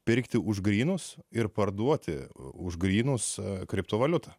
pirkti už grynus ir parduoti už grynus kriptovaliutą